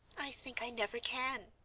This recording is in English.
i think i never can.